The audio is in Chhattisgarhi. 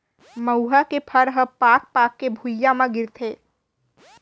मउहा के फर ह पाक पाक के भुंइया म गिरथे